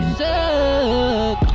suck